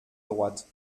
droite